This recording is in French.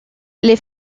les